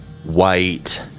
white